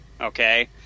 okay